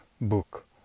book